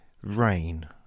Rain